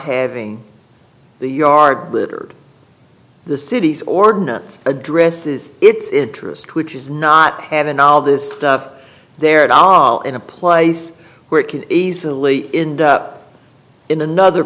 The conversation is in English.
having the yard littered the city's ordinance addresses its interest which is not have a knob this stuff there at all in a place where it could easily end up in another